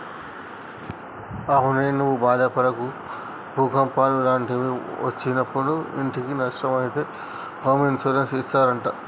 అవునే నువ్వు బాదపడకు భూకంపాలు లాంటివి ఒచ్చినప్పుడు ఇంటికి నట్టం అయితే హోమ్ ఇన్సూరెన్స్ ఇస్తారట